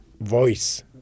voice